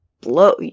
blow